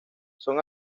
son